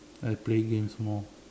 I play games more